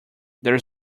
there